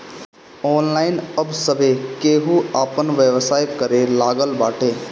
online अब सभे केहू आपन व्यवसाय करे लागल बाटे